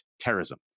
terrorism